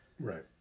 right